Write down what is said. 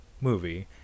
movie